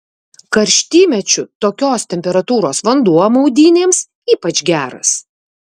karštymečiu tokios temperatūros vanduo maudynėms ypač geras